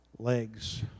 legs